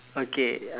okay uh